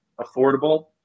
affordable